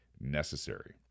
necessary